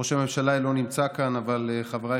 ראש הממשלה אינו נמצא כאן, אבל חבריי